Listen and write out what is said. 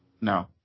No